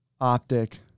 OpTic